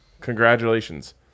congratulations